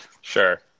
Sure